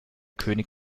könig